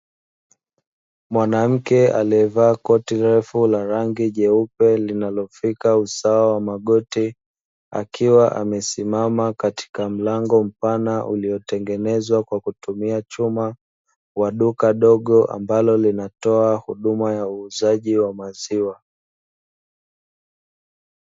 Mwanamke aliyevaa koti refu la rangi nyeupe linalomfika usawa wa magoti, akiwa amesimama katika mlango mpana uliotengezwa kwa kutumia chuma wa duka dogo, ambalo linatoa huduma ya uuzaji wa maziwa.